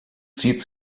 zieht